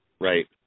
Right